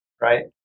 right